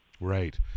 Right